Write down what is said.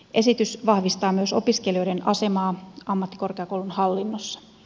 esitys vahvistaa myös opiskelijoiden asemaa ammattikorkeakoulun hallinnossa